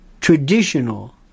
traditional